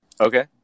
Okay